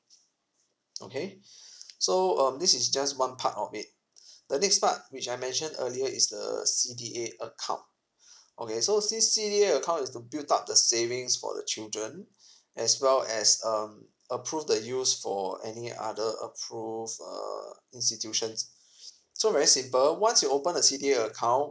okay so um this is just one part of it the next part which I mentioned earlier is the C_D_A account okay so this C_D_A account is to build up the savings for the children as well as um approve the use for any other approved err institutions so very simple once you open a C_D_A account